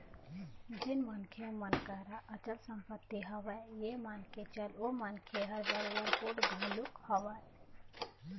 जेन मनखे मन करा अचल संपत्ति हवय ये मान के चल ओ मनखे ह बरोबर पोठ घलोक हवय